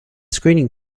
screening